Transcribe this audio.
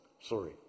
Sorry